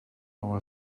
our